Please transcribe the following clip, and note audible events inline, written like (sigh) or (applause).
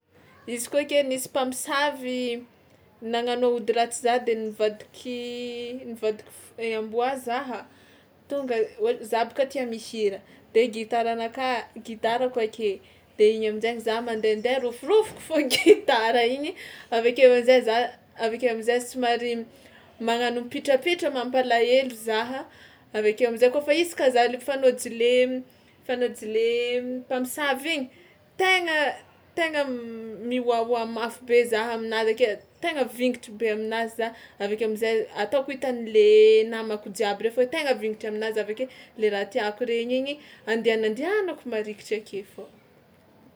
Izy koa ke nisy mpamosavy nagnano ody ratsy za de nivadiky nivadika f- e- amboa zaha, tonga hoe za bôka tia mihira de gitaranakahy gitarako ake, de igny amin-jainy za mandehandeha rôforofoko fao (laughs) gitara igny avy akeo am'zay za avy akeo am'zay somary magnano mipitrapitra mampalahelo zaha, avy akeo am'zay kaofa izy ka za le fanôjo le fanôjo le mpamosavy igny tegna tegna m- mihoahoa mafy be za aminazy ake tegna vingitry be aminazy za avy akeo am'zay ataoko hitan'le namako jiaby fao tegna vignitra aminazy avy ake le raha tiàko regny igny andehanandehanako marikitry ake fao.